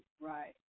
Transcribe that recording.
Right